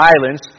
violence